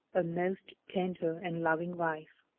a most tender and loving wife.